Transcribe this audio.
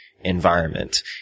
environment